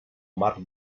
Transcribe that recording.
marc